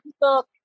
book